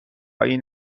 این